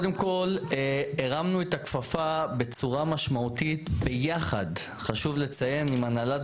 הרמנו את הכפפה בצורה משמעותית ביחד עם הנהלת